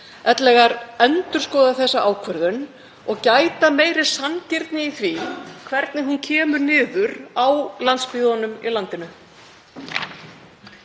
ellegar endurskoða þessa ákvörðun og gæta meiri sanngirni í því hvernig hún kemur niður á landsbyggðunum.